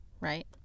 right